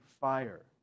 fire